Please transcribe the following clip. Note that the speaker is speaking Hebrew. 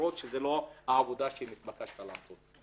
למרות שזו לא העבודה שהתבקשת לעשות.